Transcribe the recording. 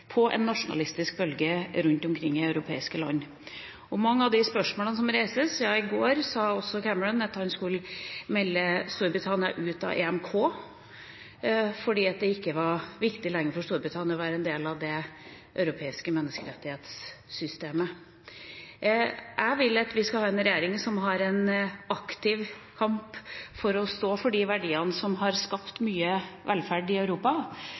på en nasjonalistisk bølge rundt omkring i europeiske land. Ja, i går sa også Cameron at han skulle melde Storbritannia ut av EMK fordi det ikke lenger var viktig for Storbritannia å være en del av det europeiske menneskerettighetssystemet. Jeg vil at vi skal ha en regjering som er aktive i kampen for de verdiene som har skapt mye velferd i Europa,